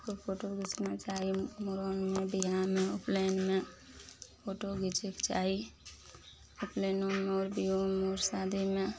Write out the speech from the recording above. खूब फोटो घीचना चाही मुरनमे बियाहमे उपनयनमे फोटो घीचयके चाही उपनयनोमे आओर बियाहोमे शादीमे